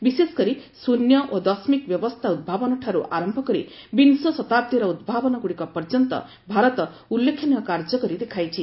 ବିଶେଷକରି ଶୃନ୍ୟ ଓ ଦଶମିକ ବ୍ୟବସ୍ଥା ଉଭାବନ ଠାରୁ ଆରମ୍ଭ କରି ବିଂଶ ଶତାବ୍ଦୀର ଉଭାବନ ଗୁଡ଼ିକ ପର୍ଯ୍ୟନ୍ତ ଭାରତ ଉଲ୍ଲେଖନୀୟ କାର୍ଯ୍ୟ କରି ଦେଖାଇଛି